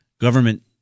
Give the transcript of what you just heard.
government